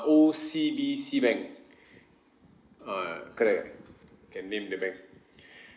O_C_B_C bank uh correct can name the bank